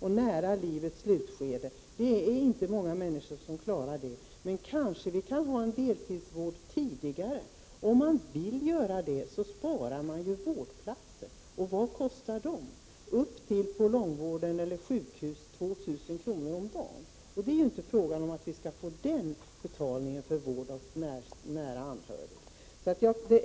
en vård nära livets slutskede. Det är inte många människor som klarar det. Men vi kanske kan ha en deltidsvård i ett tidigare skede. Om det finns människor som vill vårda anhöriga, sparar vi ju vårdplatser, och vad kostar de? På en långvårdsavdelning på sjukhus kostar en plats upp till 2 000 kr. om dagen. Det är inte fråga om att vi skall ha den ersättningen för vård av nära anhörig.